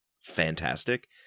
fantastic